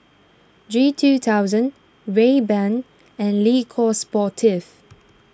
G two thousand Rayban and Le Coq Sportif